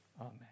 Amen